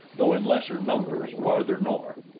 though in lesser numbers, farther north.